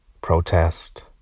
protest